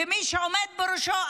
מי שעומד בראשו,